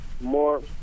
more